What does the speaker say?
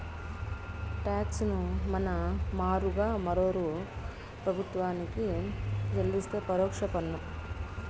talks ను మన మారుగా మరోరూ ప్రభుత్వానికి చెల్లిస్తే పరోక్ష పన్ను